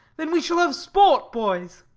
then we shall have sport boys.